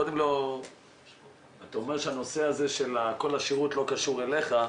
אתה אומר שהנושא הזה של כל השירות לא קשור אליך.